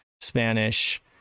Spanish